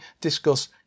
discuss